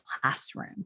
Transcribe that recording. classroom